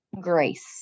grace